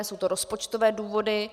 Jsou to rozpočtové důvody.